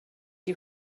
you